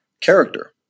character